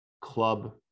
club